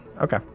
Okay